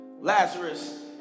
Lazarus